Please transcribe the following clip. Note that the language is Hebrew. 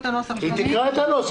טובים.